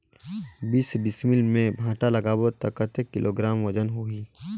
बीस डिसमिल मे भांटा लगाबो ता कतेक किलोग्राम वजन होही?